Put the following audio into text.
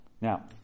Now